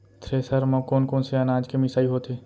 Thresher म कोन कोन से अनाज के मिसाई होथे?